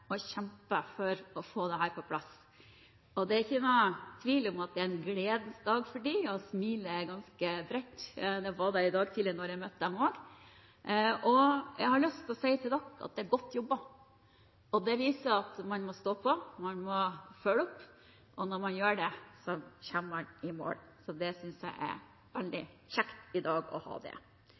å få dette på plass. Det er ingen tvil om at det er en gledens dag for dem, og smilet er ganske bredt – det var det i dag tidlig da jeg møtte dem også. Jeg har lyst til å si til dere at det er godt jobbet. Det viser at man må stå på, man må følge opp, og når man gjør det, kommer man i mål. Det synes jeg er veldig kjekt i dag.